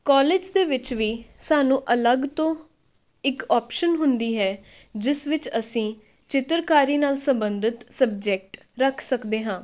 college ਦੇ ਵਿੱਚ ਵੀ ਸਾਨੂੰ ਅਲੱਗ ਤੋਂ ਇੱਕ ਆਪਸ਼ਨ ਹੁੰਦੀ ਹੈ ਜਿਸ ਵਿੱਚ ਅਸੀਂ ਚਿੱਤਰਕਾਰੀ ਨਾਲ ਸੰਬੰਧਿਤ ਸਬਜੈਕਟ ਰੱਖ ਸਕਦੇ ਹਾਂ